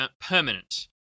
permanent